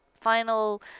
final